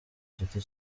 giti